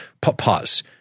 Pause